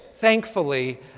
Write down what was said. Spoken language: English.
thankfully